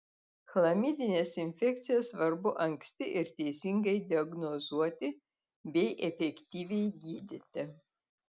chlamidines infekcijas svarbu anksti ir teisingai diagnozuoti bei efektyviai gydyti